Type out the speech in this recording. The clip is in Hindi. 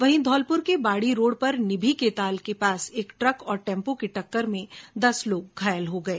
वहीं धौलपुर के बाड़ी रोड़ पर निभी के ताल के पास एक ट्रक और टैम्पो की टक्कर में दस लोग घायल हो गए